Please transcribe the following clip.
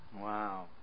Wow